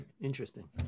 Interesting